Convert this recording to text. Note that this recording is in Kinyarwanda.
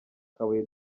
kabuye